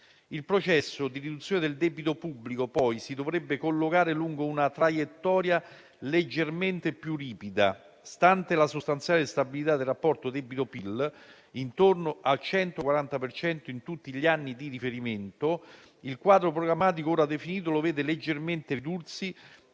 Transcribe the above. Il processo di riduzione del debito pubblico, poi, si dovrebbe collocare lungo una traiettoria leggermente più ripida. Stante la sostanziale stabilità del rapporto debito-PIL, intorno al 140 per cento in tutti gli anni di riferimento, il quadro programmatico ora definito lo vede leggermente ridursi